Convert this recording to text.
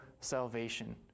salvation